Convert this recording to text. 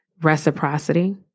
reciprocity